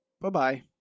bye-bye